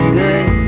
good